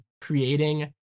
creating